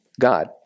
God